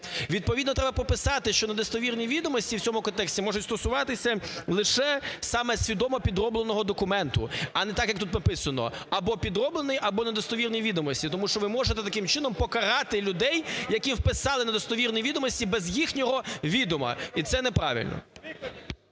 Відповідно треба прописати, що недостовірні відомості в цьому контексті можуть стосуватися лише саме свідомо підробленого документа, а не так, як тут прописано: або підроблений, або недостовірні відомості. Тому що ви можете таким чином покарати людей, які вписали недостовірні відомості без їхнього відома. І це неправильно.